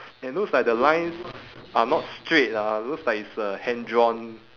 and looks like the lines are not straight ah looks like it's uh hand drawn